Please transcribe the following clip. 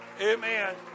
amen